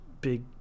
big